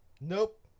Nope